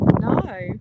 no